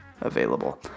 available